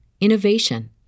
innovation